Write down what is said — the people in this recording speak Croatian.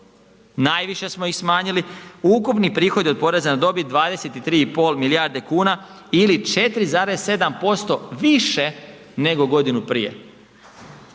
najviše smo ih smanjili. ukupni prihodi od poreza na dobit 23,5 milijarde kuna ili 4,7% više nego godinu prije.